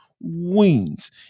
wings